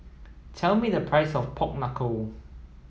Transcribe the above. tell me the price of pork knuckle